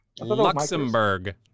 Luxembourg